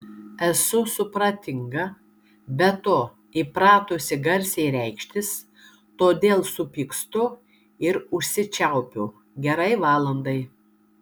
esu supratinga be to įpratusi garsiai reikštis todėl supykstu ir užsičiaupiu gerai valandai